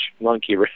monkey